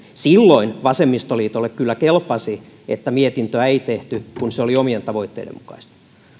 silloin vasemmistoliitolle kyllä kelpasi että mietintöä ei tehty kun se oli omien tavoitteiden mukaista